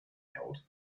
held